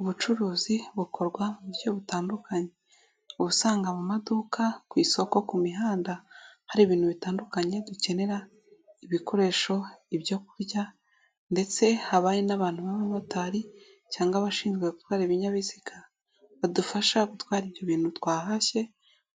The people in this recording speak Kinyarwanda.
Ubucuruzi bukorwa mu buryo butandukanye, ubusanga mu maduka ku isoko ku mihanda hari ibintu bitandukanye dukenera, ibikoresho, ibyokurya ndetse habaye n'abantu babamotari cyangwa abashinzwe gutwara ibinyabiziga, badufasha gutwara ibyo bintu twahashye